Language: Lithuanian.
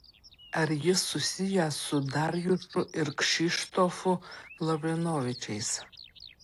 ar jis susijęs su darjušu ir kšištofu lavrinovičiais